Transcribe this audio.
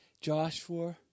Joshua